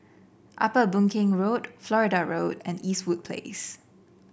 Upper Boon Keng Road Florida Road and Eastwood Place